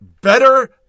better